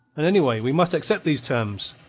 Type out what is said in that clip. and, anyway, we must accept these terms.